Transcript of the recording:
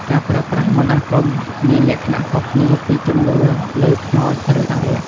ការប្រើប្រាស់មន្តអាគមមានលក្ខណៈខុសគ្នាពីជំនឿលើខ្មោចឬអារក្ស។